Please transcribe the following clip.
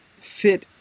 fit